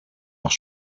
auch